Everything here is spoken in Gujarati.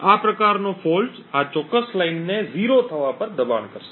આ પ્રકારનો દોષ આ ચોક્કસ લાઇનને 0 થવા દબાણ કરશે